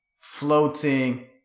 floating